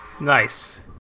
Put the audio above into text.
Nice